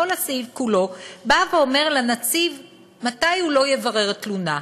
אומר לנציב מתי הוא לא יברר תלונה.